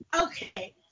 Okay